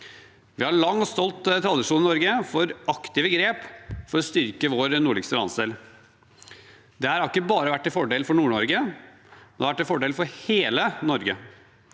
Vi har lang og stolt tradisjon i Norge for aktive grep for å styrke vår nordligste landsdel. Det har ikke bare vært til fordel for Nord-Norge; det har vært til fordel for hele Norge.